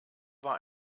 war